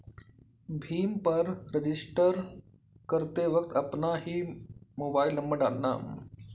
भीम पर रजिस्टर करते वक्त अपना ही मोबाईल नंबर डालना